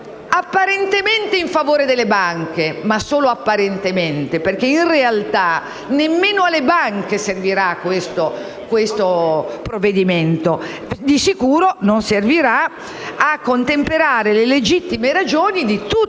apparentemente in favore delle banche, ma solo apparentemente, perché in realtà nemmeno alle banche servirà questo provvedimento, che di sicuro non servirà a contemperare le legittime ragioni di tutte le parti